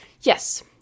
Yes